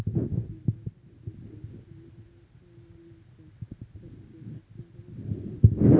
नवजात उद्योजक म्हणजे व्यवसाय उभारण्याच्या प्रक्रियेत असणारो व्यक्ती